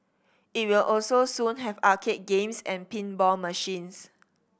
it will also soon have arcade games and pinball machines